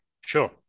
Sure